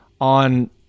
on